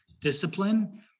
discipline